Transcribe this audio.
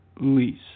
lease